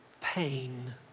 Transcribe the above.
pain